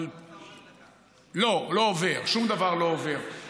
אבל שום דבר לא עובר.